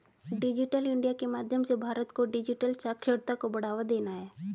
digital India के माध्यम से भारत को डिजिटल साक्षरता को बढ़ावा देना है